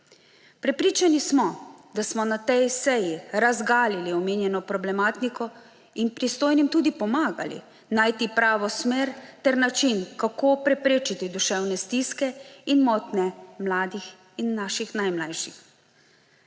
Prepričani smo, da smo na tej seji razgalili omenjeno problematiko in pristojnim tudi pomagali najti pravo smer ter način, kako preprečiti duševne stiske in motnje mladih in naših najmlajših.